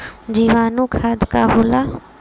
जीवाणु खाद का होला?